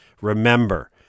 Remember